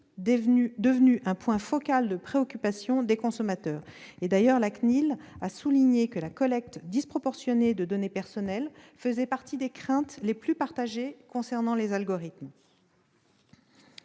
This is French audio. devenue un point focal de préoccupation des consommateurs. La CNIL a d'ailleurs souligné que la collecte disproportionnée de données personnelles faisait partie des craintes les plus partagées concernant les algorithmes.